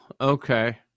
Okay